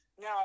now